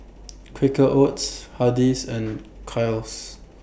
Quaker Oats Hardy's and Kiehl's